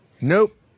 Nope